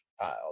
child